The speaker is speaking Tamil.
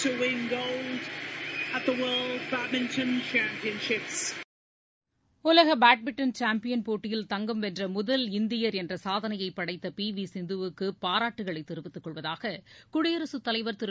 சவுண்ட் பைட் வெற்றித்தருணம் செகண்ட்ஸ் உலக பேட்மிண்டன் சாம்பியன் போட்டியில் தங்கம் வென்ற முதல் இந்தியர் என்ற சாதனையை படைத்த பி வி சிந்து வுக்கு பாராட்டுக்களை தெரிவித்துக் கொள்வதாக குடியரசுத் தலைவர் திரு